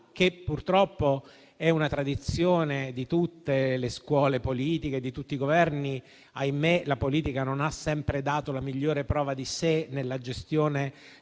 che purtroppo è una tradizione di tutte le scuole politiche, di tutti i Governi. Ahimè, la politica non ha sempre dato la migliore prova di sé nella gestione della